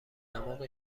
دماغ